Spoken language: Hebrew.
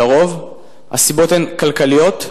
לרוב הסיבות הן כלכליות,